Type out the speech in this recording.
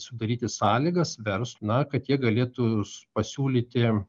sudaryti sąlygas vers na kad jie galėtų su pasiūlyti